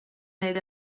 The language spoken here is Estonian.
neid